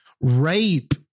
rape